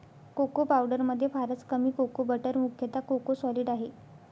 cocoa पावडरमध्ये फारच कमी कोको बटर मुख्यतः कोको सॉलिड आहे